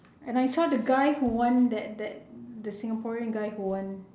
and I saw the guy who won that that the singaporean guy who won